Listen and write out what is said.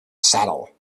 saddle